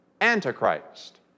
Antichrist